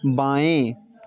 बायें